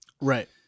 Right